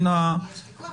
יש ויכוח